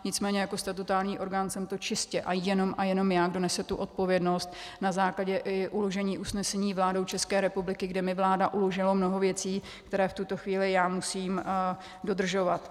Nicméně jako statutární orgán jsem to čistě a jenom a jenom já, kdo nese tu odpovědnost na základě i uložení usnesení vládou České republiky, kde mi vláda uložila mnoho věcí, které v tuto chvíli já musím dodržovat.